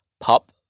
pop